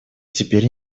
теперь